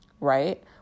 right